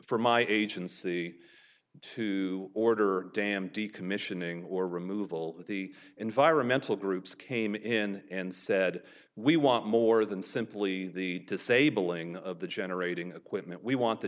for my agency to order dam decommissioning or removal of the environmental groups came in and said we want more than simply the disabling of the generating equipment we want the